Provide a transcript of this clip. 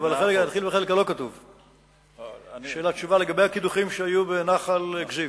הוא שאל לגבי הקידוחים שהיו בנחל כזיב.